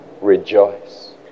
rejoice